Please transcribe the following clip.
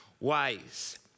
ways